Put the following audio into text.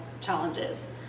challenges